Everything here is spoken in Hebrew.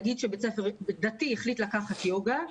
נגיד שבית ספר דתי החליט לקחת יוגה,